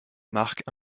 marque